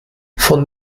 von